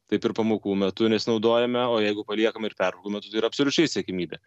taip ir pamokų metu nesinaudojame o jeigu paliekame ir pertraukų metu tai yra absoliučiai siekiamybė